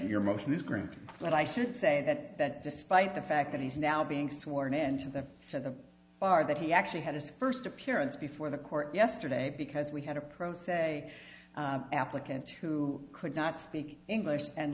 you're most in this group but i should say that despite the fact that he's now being sworn into the to the bar that he actually had his first appearance before the court yesterday because we had a pro se applicant who could not speak english and